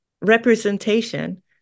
representation